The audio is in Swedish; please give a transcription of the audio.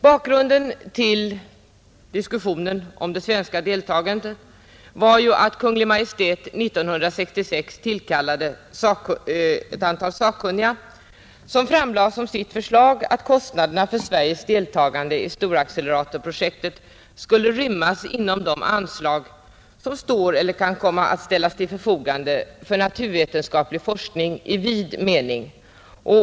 Bakgrunden till diskussionen om det svenska deltagandet var ju att Kungl. Maj:t 1966 tillkallade ett antal sakkunniga som framlade som sitt förslag att kostnaderna för Sveriges deltagande i storacceleratorprojektet skulle rymmas inom ramen för de anslag som står eller kan komma att ställas till förfogande för naturvetenskaplig forskning i vid mening.